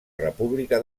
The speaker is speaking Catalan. república